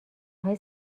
های